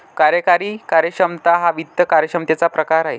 कार्यकारी कार्यक्षमता हा वित्त कार्यक्षमतेचा प्रकार आहे